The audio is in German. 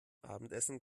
abendessen